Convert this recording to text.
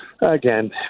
Again